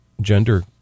gender